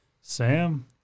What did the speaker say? Sam